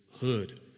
hood